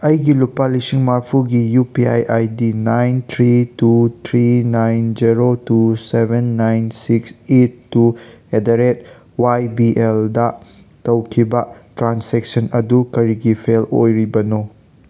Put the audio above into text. ꯑꯩꯒꯤ ꯂꯨꯄꯥ ꯂꯤꯁꯤꯡ ꯃꯔꯐꯨꯒꯤ U P I I D nine three two three nine zero two seven nine six eight two at the rate Y B L ꯇꯧꯈꯤꯕ transaction ꯑꯗꯨ ꯀꯔꯤꯒꯤ fail ꯑꯣꯏꯔꯤꯕꯅꯣ